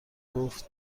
گفت